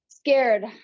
scared